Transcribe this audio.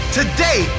today